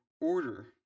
order